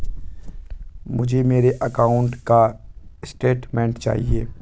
मुझे मेरे अकाउंट का स्टेटमेंट चाहिए?